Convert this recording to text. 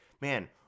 man